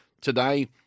today